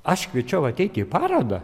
aš kviečiau ateiti į parodą